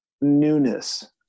newness